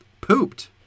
pooped